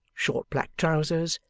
short black trousers,